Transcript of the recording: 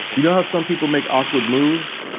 you know how some people make awkward moves?